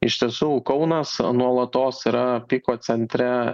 iš tiesų kaunas nuolatos yra piko centre